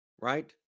right